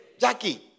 Jackie